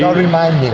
remind me!